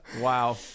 Wow